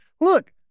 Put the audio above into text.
Look